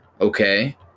Okay